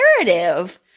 narrative